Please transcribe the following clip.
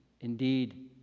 indeed